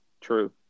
True